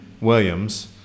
Williams